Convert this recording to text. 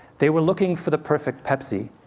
they were looking for the perfect pepsi,